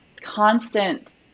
constant